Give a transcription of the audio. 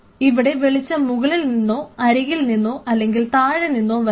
ഇവിടെ വെളിച്ചം മുകളിൽനിന്നോ അരികിൽ നിന്നോ അല്ലെങ്കിൽ താഴെ നിന്നോ വരാം